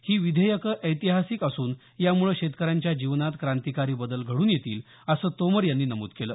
ही विधेयकं ऐतिहासिक असून यामुळे शेतकऱ्यांच्या जीवनात क्रांतिकारी बदल घडून येतील असं तोमर यांनी नमूद केलं